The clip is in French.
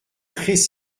très